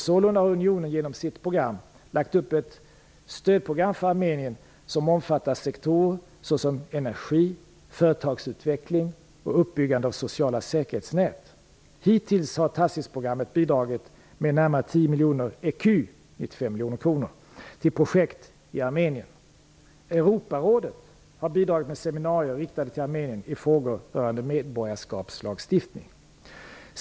Sålunda har unionen genom sitt program lagt upp ett stödprogram för Armenien som omfattar sektorer såsom energi, företagsutveckling och uppbyggnad av sociala säkerhetsnät. Hittills har TACIS-programmet bidragit med närmare 10 miljoner ecu, dvs. 95 miljoner kronor, till projekt i Armenien. Europarådet har bidragit med seminarier riktade till Armenien i frågor rörande medborgarskapslagstiftning.